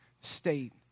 state